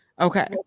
Okay